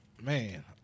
man